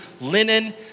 linen